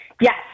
Yes